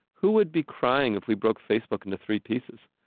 who would be crying if we broke facebook into three pieces?